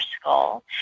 skull